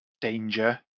danger